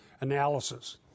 analysis